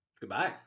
Goodbye